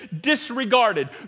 disregarded